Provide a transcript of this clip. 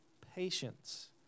patience